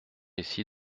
ici